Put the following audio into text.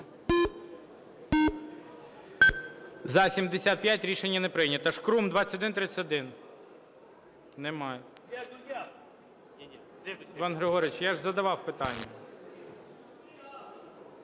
За-75 Рішення не прийнято. Шкрум, 2131. Немає. Іван Григорович, я ж задавав питання.